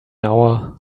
hour